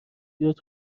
بیاد